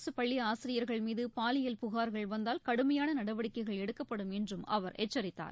அரசுப் பள்ளிஆசிரியர்கள் மீதபாலியல் புகார்கள் வந்தால் கடுமையானநடவடிக்கைகள் எடுக்கப்படும் என்றும் அவர் எச்சரித்தார்